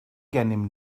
gennym